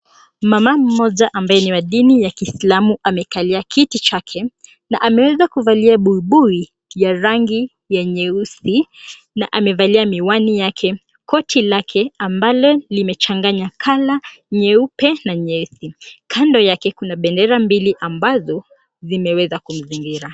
Mama mmoja ambaye ni wa dini ya kislamu amekalia kiti chake na ameweza kuvalia buibui ya rangi ya nyeusi na amevalia miwani yake. Koti lake amba limechanganya kala nyeupe na nyeusi. Kando yake kuna bendera mbili ambazo zimeweza kumzingira.